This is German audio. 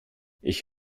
ich